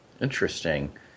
Interesting